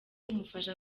umufasha